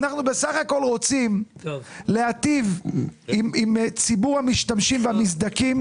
אנחנו בסך הכול רוצים להיטיב עם ציבור המשתמשים והמזדכים